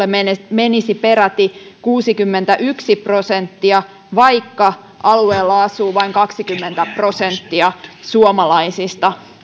menisi peräti kuusikymmentäyksi prosenttia vaikka alueella asuu vain kaksikymmentä prosenttia suomalaisista